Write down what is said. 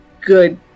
good